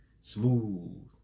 smooth